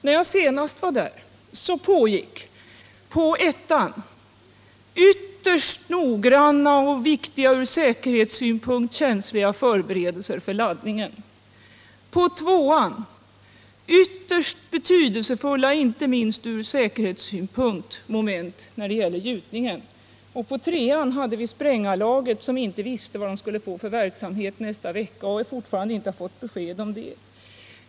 När jag senast var där pågick på ettan ytterst noggranna och från säkerhetssynpunkt känsliga förberedelser för laddningen och på tvåan ytterst betydelsefulla — inte minst från säkerhetssynpunkt - moment av gjutningen. Och på trean hade vi sprängarlaget som inte visste vad de skulle göra nästa vecka och som fortfarande inte fått besked om det.